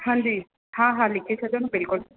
हांजी हा हा लिखी छॾियो न बिल्कुलु